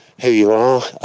who you are,